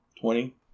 Twenty